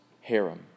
harem